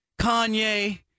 kanye